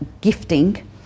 gifting